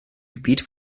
gebiet